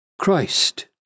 Christ